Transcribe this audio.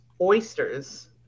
oysters